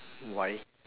why